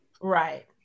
Right